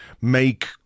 make